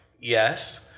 yes